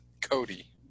Cody